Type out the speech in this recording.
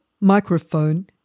microphone